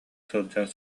сылдьар